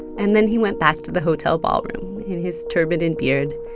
and then he went back to the hotel ballroom, in his turban and beard,